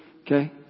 okay